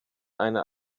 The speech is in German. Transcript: einer